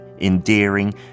endearing